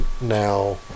now